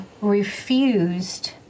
refused